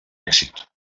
èxit